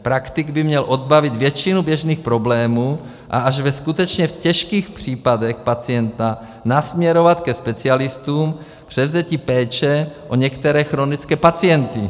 Praktik by měl odbavit většinu běžných problémů, a až ve skutečně těžkých případech pacienta nasměrovat ke specialistům k převzetí péče o některé chronické pacienty.